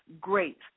great